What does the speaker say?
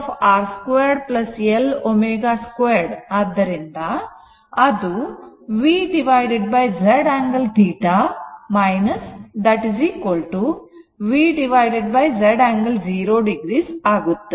Z √ R 2 L ω 2 ಆದ್ದರಿಂದ ಅದು V Z angle θ θ V Z angle 0 o ಆಗುತ್ತದೆ